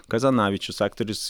kazanavičius aktorius